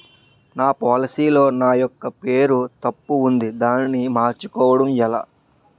నా పోలసీ లో నా యెక్క పేరు తప్పు ఉంది దానిని మార్చు కోవటం ఎలా?